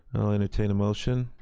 i'll entertain a motion.